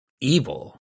evil